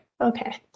Okay